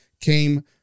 came